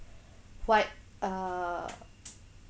what uh